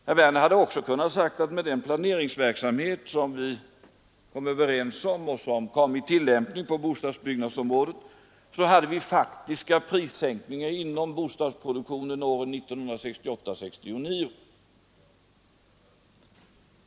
Herr Werner hade också kunnat säga att vi — med den planeringsverksamhet som vi kom överens om och som varit tillämplig på bostadsbyggnadsområdet — hade faktiska prissänkningar inom bostadsproduktionen åren 1968 och 1969.